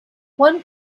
one